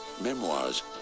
memoirs